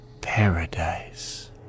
paradise